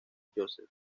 joseph